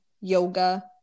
yoga